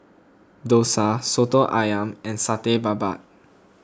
Dosa Soto Ayam and Satay Babat